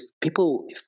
people